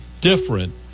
different